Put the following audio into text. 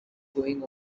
going